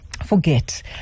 Forget